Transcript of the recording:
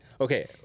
okay